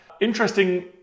Interesting